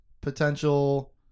potential